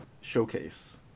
showcase